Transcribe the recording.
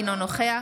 אינו נוכח